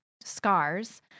scars